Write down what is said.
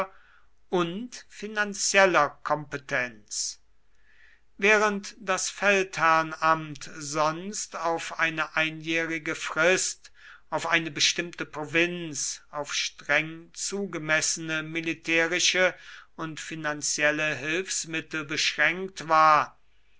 und finanzieller kompetenz während das feldherrnamt sonst auf eine einjährige frist auf eine bestimmte provinz auf streng zugemessene militärische und finanzielle hilfsmittel beschränkt war